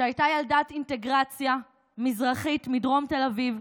שהייתה ילדת אינטגרציה מזרחית, מדרום תל אביב,